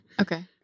Okay